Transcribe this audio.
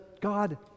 God